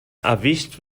erwischt